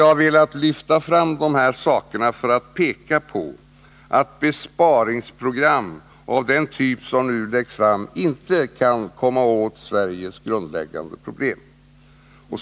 Jag har velat lyfta fram de här sakerna för att peka på att besparingsprogram av den typ som nu läggs fram inte kan komma åt Sveriges grundläggande problem.